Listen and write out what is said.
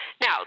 Now